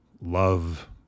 love